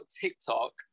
TikTok